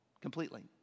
completely